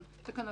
בתקנות.